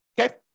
Okay